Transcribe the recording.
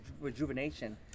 rejuvenation